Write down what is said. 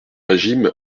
régime